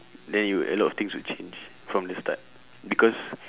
then you would a lot of things would change from the start because